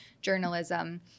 journalism